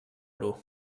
bru